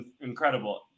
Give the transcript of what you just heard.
incredible